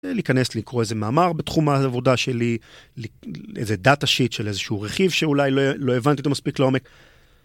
להיכנס, לקרוא איזה מאמר בתחום העבודה שלי, איזה דאטה שיט של איזשהו רכיב שאולי לא הבנתי אותו מספיק לעומק.